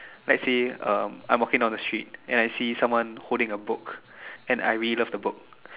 let's say um I'm walking down the street and I see someone else holding a book and I really love the book